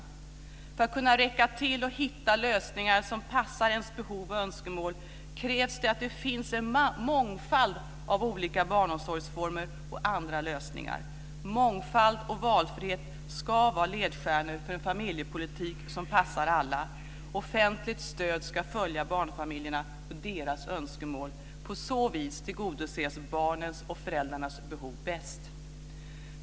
För att man ska kunna räcka till och hitta lösningar som passar ens behov och önskemål, krävs att det finns en mångfald av olika barnomsorgsformer och andra lösningar. Mångfald och valfrihet ska vara ledstjärnor för en familjepolitik som passar alla. Offentligt stöd ska följa barnfamiljerna och deras önskemål. På så vis tillgodoses barnens och föräldrarnas behov bäst.